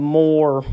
more